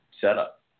setup